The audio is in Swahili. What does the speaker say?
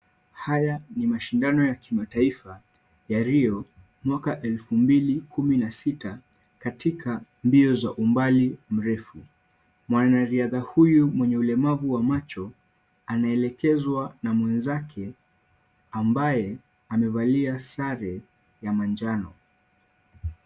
Haya ni mashindano ya kimataifa ya RIO, mwaka 2016, katika mbio za umbali mrefu. Mwanariadha huyu mwenye ulemavu wa macho anaelekezwa na mwenzake ambaye amevalia sare ya manjano.